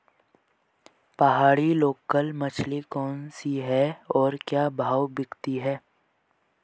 पहाड़ी लोकल मछली कौन सी है और क्या भाव बिकती है?